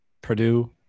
Purdue